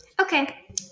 Okay